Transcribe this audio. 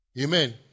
Amen